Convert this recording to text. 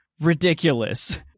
ridiculous